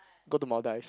go to Maldives